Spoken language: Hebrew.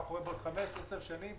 מה יקרה בעוד חמש או עשר שנים.